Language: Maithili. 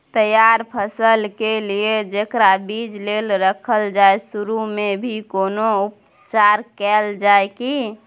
तैयार फसल के लिए जेकरा बीज लेल रखल जाय सुरू मे भी कोनो उपचार कैल जाय की?